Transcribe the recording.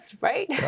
right